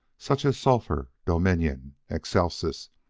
such as sulphur, dominion, excelsis,